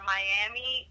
Miami